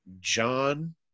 John